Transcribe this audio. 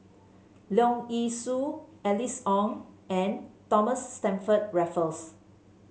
Leong Yee Soo Alice Ong and Thomas Stamford Raffles